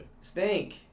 Stink